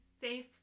safe